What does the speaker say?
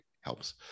helps